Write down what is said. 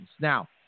now